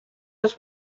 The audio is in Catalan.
els